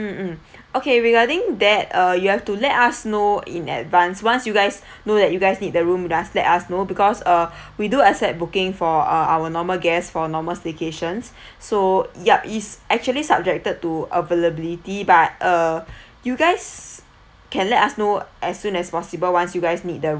mm mm okay regarding that uh you had to let us know in advance once you guys know that you guys need the room just let us know because uh we do accept booking for uh our normal guest for normal staycations so yup is actually subjected to availability but uh you guys can let us know as soon as possible once you guys need the